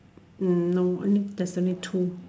mm no I mean there's only two